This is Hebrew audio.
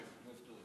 שלה?